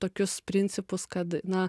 tokius principus kad na